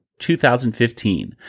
2015